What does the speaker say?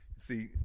See